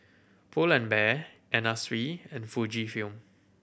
Pull and Bear Anna Sui and Fujifilm